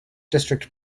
district